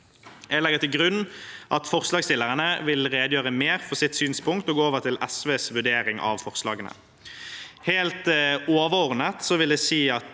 Jeg legger til grunn at forslagsstillerne vil redegjøre mer for sitt synspunkt, og går over til SVs vurdering av forslagene. Helt overordnet vil jeg si at